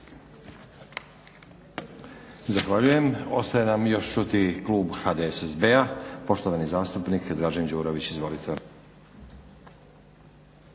Zahvaljujem. Ostaje nam još čuti klub HDSSB-a poštovani zastupnik Dražen Đurović. Izvolite.